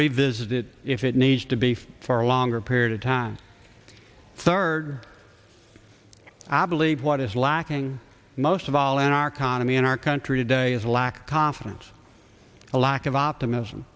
revisit it if it needs to be for a longer period of time third i believe what is lacking most of all in our condom in our country today is lack of confidence a lack of optimism